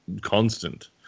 constant